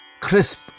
crisp